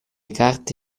carte